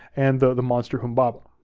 and the monster humbaba.